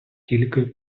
тільки